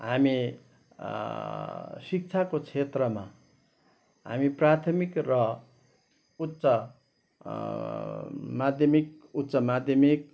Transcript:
हामी शिक्षाको क्षेत्रमा हामी प्राथामिक र उच्च माध्यमिक उच्च माध्यमिक